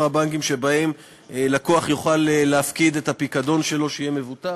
הבנקים שבהם לקוח יוכל להפקיד את הפיקדון שלו שיהיה מבוטח.